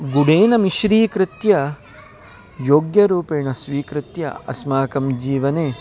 गुडेन मिश्रीकृत्य योग्यरूपेण स्वीकृत्य अस्माकं जीवने